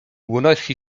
unosi